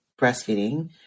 breastfeeding